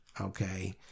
okay